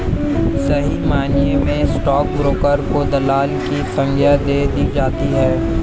सही मायनों में स्टाक ब्रोकर को दलाल की संग्या दे दी जाती है